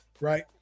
right